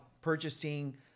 purchasing